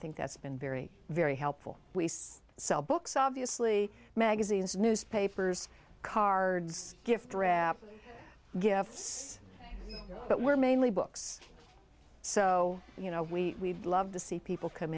think that's been very very helpful we sell books obviously magazines newspapers cards gift wrap gifts but we're mainly books so you know we love to see people come